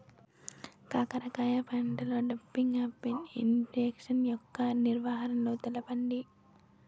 కాకర పంటలో డంపింగ్ఆఫ్ని ఇన్ఫెక్షన్ యెక్క నివారణలు తెలపండి?